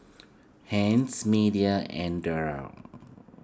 Anice Media and Daryl